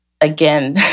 Again